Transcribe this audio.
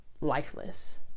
lifeless